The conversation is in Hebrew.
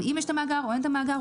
או אם יש המאגר או אין את המאגר,